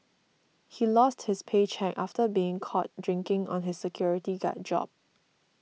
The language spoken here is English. he lost his paycheck after being caught drinking on his security guard job